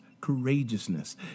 courageousness